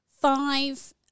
five